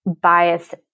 bias